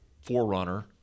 forerunner